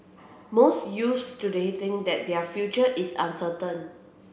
most youths today think that their future is uncertain